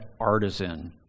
artisan